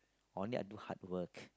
only I do hard work